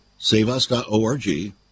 saveus.org